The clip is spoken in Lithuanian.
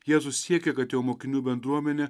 jėzus siekia kad jo mokinių bendruomenė